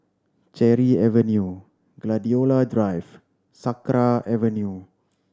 Cherry Avenue Gladiola Drive Sakra Avenue